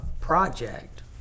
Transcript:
project